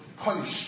punish